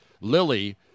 Lily